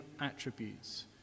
attributes